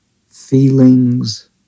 feelings